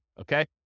okay